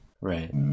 Right